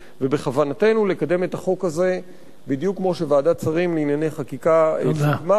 ובכוונתנו לקדם את החוק הזה בדיוק כמו שוועדת שרים לענייני חקיקה סיכמה,